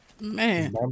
man